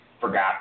forgot